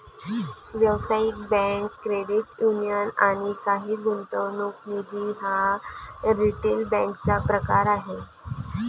व्यावसायिक bank, credit union आणि काही गुंतवणूक निधी हा रिटेल बँकेचा प्रकार आहे